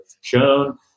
shown